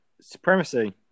supremacy